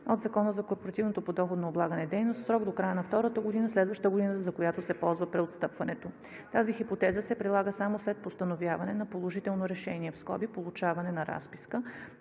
от Закона за корпоративното подоходно облагане дейност в срок до края на втората година, следваща годината, за която се ползва преотстъпването. Тази хипотеза се прилага само след постановяване на положително решение (получаване на разписка)